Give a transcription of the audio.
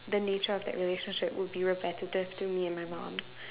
the nature of that relationship would be repetitive to me and my mum